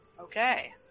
Okay